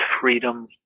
freedom